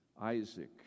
Isaac